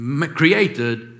created